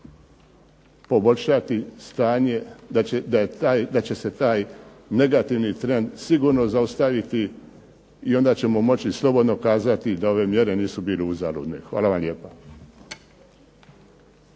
poboljšati stanje, da će se taj negativni trend sigurno zaustaviti i onda ćemo moći slobodno kazati da ove mjere nisu bile uzaludne. Hvala vam lijepa.